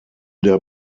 der